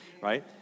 right